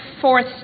fourth